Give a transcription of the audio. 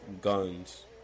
guns